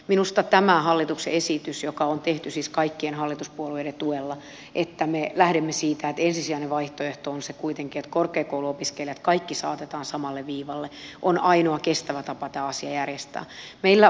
minusta tämä hallituksen esitys joka on tehty siis kaikkien hallituspuolueiden tuella että me lähdemme siitä että ensisijainen vaihtoehto on kuitenkin se että kaikki korkeakouluopiskelijat saatetaan samalle viivalle on ainoa kestävä tapa tämä asia järjestää